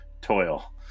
toil